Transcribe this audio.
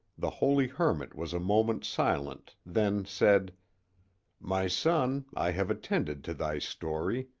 the holy hermit was a moment silent, then said my son, i have attended to thy story,